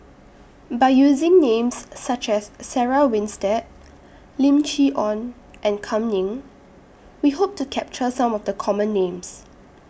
By using Names such as Sarah Winstedt Lim Chee Onn and Kam Ning We Hope to capture Some of The Common Names